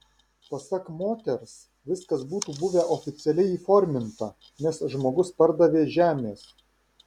pasak moters viskas būtų buvę oficialiai įforminta nes žmogus pardavė žemės